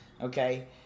Okay